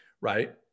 right